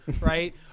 Right